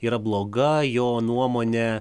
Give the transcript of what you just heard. yra bloga jo nuomone